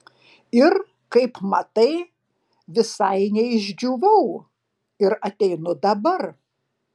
ir kaip matai visai neišdžiūvau ir ateinu dabar